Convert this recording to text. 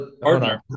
partner